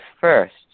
first